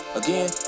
again